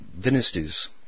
dynasties